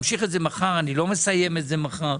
לא מסיים את זה מחר.